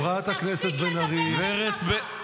תפסיק לדבר אליי ככה.